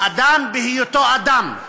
אדם בהיותו אדם.